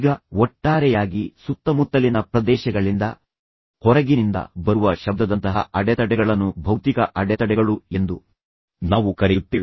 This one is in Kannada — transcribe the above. ಈಗ ಒಟ್ಟಾರೆಯಾಗಿ ಸುತ್ತಮುತ್ತಲಿನ ಪ್ರದೇಶಗಳಿಂದ ಹೊರಗಿನಿಂದ ಬರುವ ಶಬ್ದದಂತಹ ಅಡೆತಡೆಗಳನ್ನು ಭೌತಿಕ ಅಡೆತಡೆಗಳು ಎಂದು ನಾವು ಕರೆಯುತ್ತೇವೆ